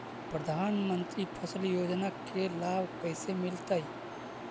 प्रधानमंत्री फसल योजना के लाभ कैसे मिलतै?